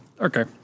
Okay